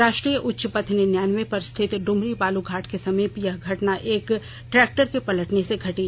राष्ट्रीय उच्च पथ निन्यानब्बे पर स्थित ड्मरी बालू घाट के समीप यह घटना एक ट्रैक्टर के पलटने से घटी